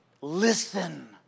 listen